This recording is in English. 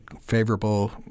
favorable